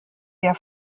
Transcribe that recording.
der